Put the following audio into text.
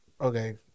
Okay